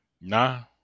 Nah